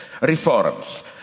reforms